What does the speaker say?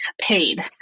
paid